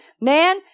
man